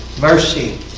mercy